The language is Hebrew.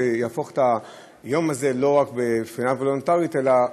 שיהפוך את היום הזה לא רק ליום וולונטרי אלא חוקית,